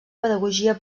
pedagogia